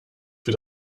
für